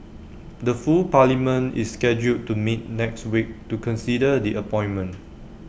the full parliament is scheduled to meet next week to consider the appointment